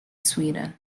sweden